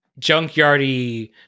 junkyardy